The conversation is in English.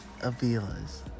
Avila's